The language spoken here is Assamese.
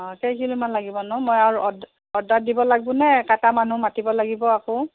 অঁ কেইকিলিমান লাগিব মই আৰু অৰ্ডাৰ দিব লাগব ন কটা মানুহ মাতিব লাগিব আকৌ